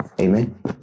Amen